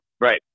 Right